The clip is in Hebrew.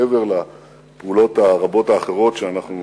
מעבר לפעולות הרבות האחרות שבהן אנחנו